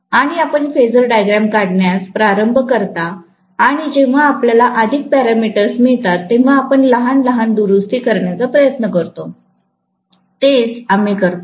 आणि आपण phasor diagram काढण्यास प्रारंभ करता आणि जेव्हा आपल्याला अधिक पॅरामीटर्स मिळतात तेव्हा आपण लहान लहान दुरुस्ती करण्याचा प्रयत्न करते तेच आम्ही करतो